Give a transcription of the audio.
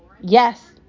Yes